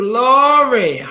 Glory